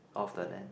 off the land